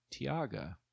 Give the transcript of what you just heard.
Tiaga